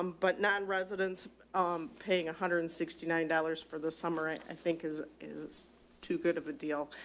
um but non residents i'm paying a hundred and sixty nine dollars for the summer, i think is, is too good of a deal.